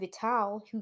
Vital